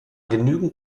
genügend